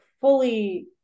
fully